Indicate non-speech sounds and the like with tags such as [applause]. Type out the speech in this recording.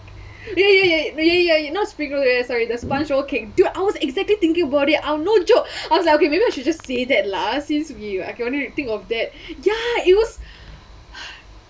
ya ya ya ya ya ya not spring rolls leh sorry the sponge roll cake dude I was exactly thinking about it I will no joke I was like okay maybe I should just see that lah since we I can only think of that ya it was [noise]